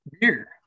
beer